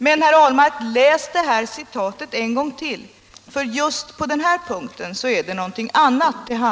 Men, herr Ahlmark, läs det avsnitt jag citerade en gång till! Just på den här punkten handlar det om någonting annat också.